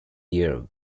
year